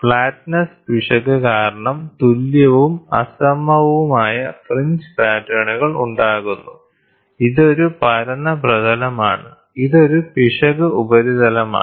flatness പിശക് കാരണം തുല്യവും അസമവുമായ ഫ്രിഞ്ച് പാറ്റേണുകൾ ഉണ്ടാകുന്നു ഇതൊരു പരന്ന പ്രതലമാണ് ഇതൊരു പിശക് ഉപരിതലമാണ്